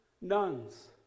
nuns